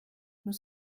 nous